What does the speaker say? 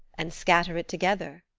and scatter it together,